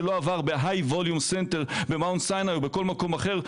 שלא עבר ב-High-volume centers ב- Mount Sinaiאו בכל מקום אחר,